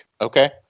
okay